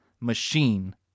machine